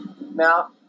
Now